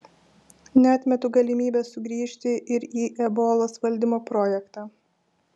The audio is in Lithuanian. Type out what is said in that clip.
neatmetu galimybės sugrįžti ir į ebolos valdymo projektą